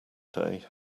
day